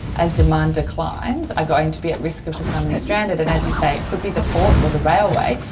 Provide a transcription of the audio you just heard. as demand declines, are going to be at risk of becoming stranded. and as you say, it could be the port or the railway,